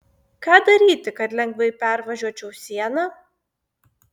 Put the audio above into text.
ką daryti kad lengvai pervažiuočiau sieną